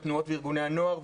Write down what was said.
תנועות וארגוני הנוער,